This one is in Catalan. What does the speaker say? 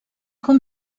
com